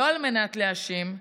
לא על מנת להאשים,